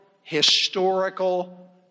historical